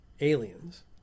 aliens